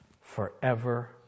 forever